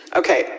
okay